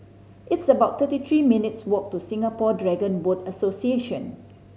it's about thirty three minutes' walk to Singapore Dragon Boat Association